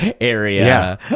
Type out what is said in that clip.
area